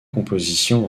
compositions